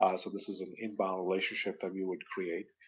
ah so this is an in-bound relationship that we would create,